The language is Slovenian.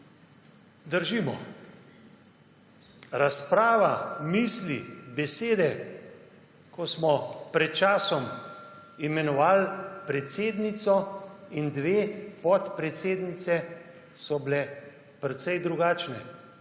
držimo. Razprava, misli, besede, ko smo pred časom imenovali predsednico in dve podpredsednici, so bile precej drugačne,